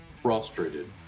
frustrated